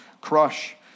crush